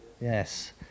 Yes